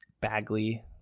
Bagley